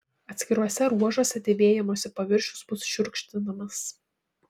atskiruose ruožuose dėvėjimosi paviršius bus šiurkštinamas